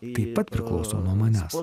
taip pat priklauso nuo manęs